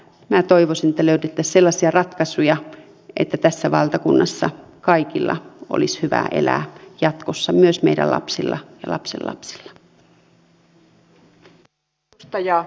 minä toivoisin että löydettäisiin sellaisia ratkaisuja että tässä valtakunnassa kaikilla olisi hyvä elää jatkossa myös meidän lapsillamme ja lapsenlapsillamme